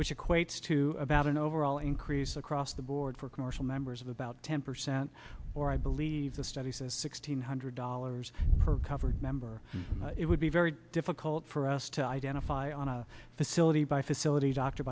which equates to about an overall increase across the board for commercial members about ten percent or i believe the study says six hundred dollars per covered member it would be very difficult for us to identify on a facility by facility doctor